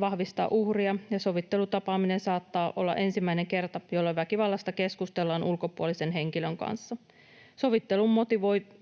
vahvistaa uhria, ja sovittelutapaaminen saattaa olla ensimmäinen kerta, jolloin väkivallasta keskustellaan ulkopuolisen henkilön kanssa. Sovittelun motivoivina